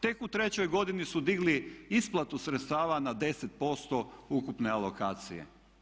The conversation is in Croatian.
Tek u trećoj godini su digli isplatu sredstava na 10% ukupne alokacije.